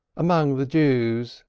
among the jews,